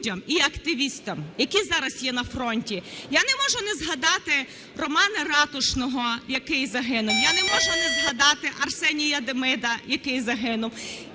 Я не можу не згадати Романа Ратушного, який загинув. Я не можу не згадати Арсенія Димида, який загинув.